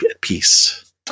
peace